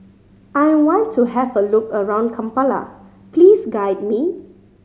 I want to have a look around Kampala please guide me